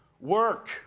work